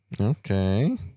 Okay